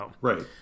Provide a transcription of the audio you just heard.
Right